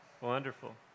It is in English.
Wonderful